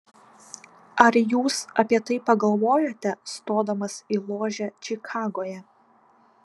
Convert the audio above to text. ar jūs apie tai pagalvojote stodamas į ložę čikagoje